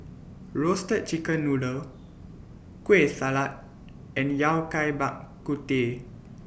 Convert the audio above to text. Roasted Chicken Noodle Kueh Salat and Yao Cai Bak Kut Teh